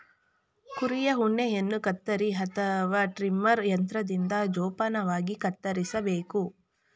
ಕುರಿಯ ಉಣ್ಣೆಯನ್ನು ಕತ್ತರಿ ಅಥವಾ ಟ್ರಿಮರ್ ಯಂತ್ರದಿಂದ ಜೋಪಾನವಾಗಿ ಕತ್ತರಿಸಬೇಕು